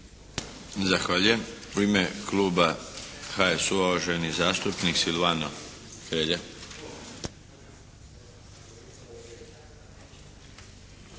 Zahvaljujem. U ime kluba HSU-a, uvaženi zastupnik Silvano Hrelja.